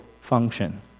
function